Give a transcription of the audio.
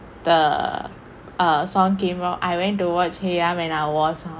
the err sound came out I went to watch heyraam when I was